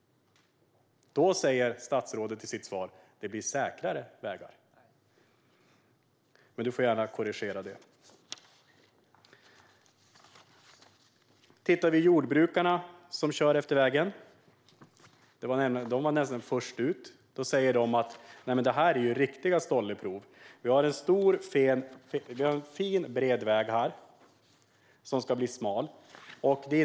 Men statsrådet säger i sitt svar att det blir säkrare vägar. Men han får gärna korrigera det. Jordbrukarna som kör på riksväg 50 var nästan först ut med att säga att det här är ett riktigt stolleprov. Vi har i dag en fin bred väg som ska bli smal.